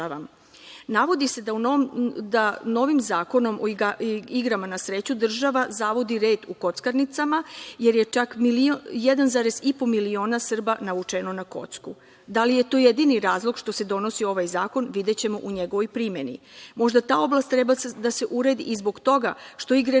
se da novim Zakonom o igrama na sreću država zavodi red u kockarnicama, jer je čak 1,5 miliona Srba navučeno na kocku. Da li je to jedini razlog što se donosi ovaj zakon, videćemo u njegovoj primeni. Možda ta oblast treba da se uredi i zbog toga što igre